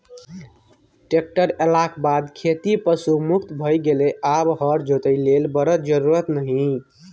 tractor एलाक बाद खेती पशु मुक्त भए गेलै आब हर जोतय लेल बरद जरुरत नहि